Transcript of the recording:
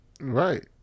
Right